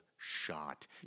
shot